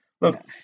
Look